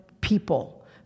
people